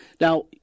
Now